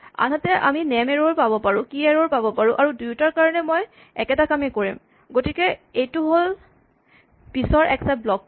আনহাতে আমি name error পাব পাৰোঁ কী এৰ'ৰ পাব পাৰোঁ আৰু দুয়োটাৰ কাৰণে মই একেটা কামেই কৰিম গতিকে এইটো হ'ল পিছৰ এক্সচেপ্ট ব্লক টো